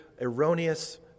erroneous